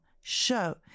show